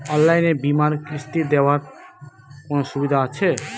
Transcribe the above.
অনলাইনে বীমার কিস্তি দেওয়ার কোন সুবিধে আছে?